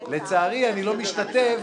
לצערי, אני לא משתתף